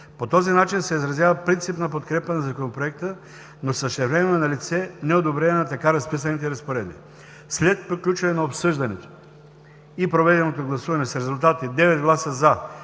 По този начин се изразява принципна подкрепа на Законопроекта, но същевременно е налице неодобрение на така разписаните разпоредби. След приключване на обсъждането и проведеното гласуване с резултати: 9 „за“,